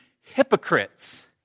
hypocrites